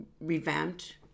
revamped